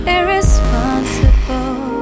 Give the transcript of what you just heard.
Irresponsible